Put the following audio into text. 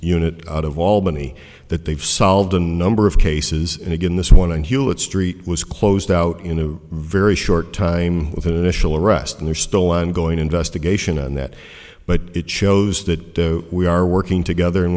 unit out of albany that they've solved a number of cases and again this one and hewlett street was closed out in a very short time of initial arrest and there are still ongoing investigation and that but it shows that we are working together and